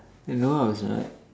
you know I was like